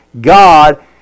God